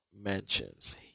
mentions